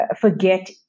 forget